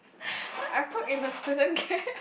I work in a student care